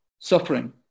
suffering